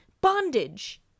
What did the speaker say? bondage